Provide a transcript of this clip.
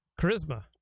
charisma